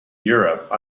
europe